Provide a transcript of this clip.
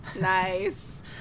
Nice